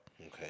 Okay